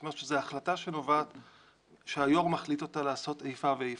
זאת אומרת שזו החלטה שהיו"ר מחליט אותה לעשות איפה ואיפה.